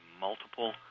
multiple